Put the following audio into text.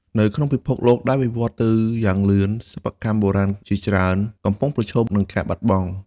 នៅក្នុងពិភពលោកដែលវិវឌ្ឍទៅមុខយ៉ាងលឿន សិប្បកម្មបុរាណជាច្រើនកំពុងប្រឈមនឹងការបាត់បង់។